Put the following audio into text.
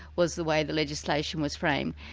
was the way the legislation was framed.